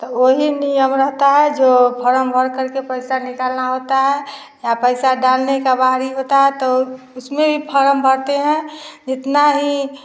तो ओ ही नियम रहता है जो फरम भर करके पैसा निकालना होता है या पैसा डालने का बारी होता है तो उसमें भी फरम भरते हैं जितना ही